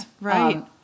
Right